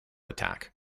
attack